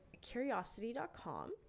curiosity.com